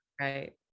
right